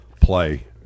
play